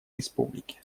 республики